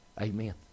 Amen